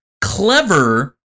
clever